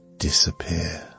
disappear